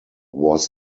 was